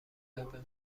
مدادهای